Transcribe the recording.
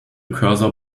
cursor